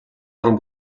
уран